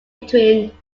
between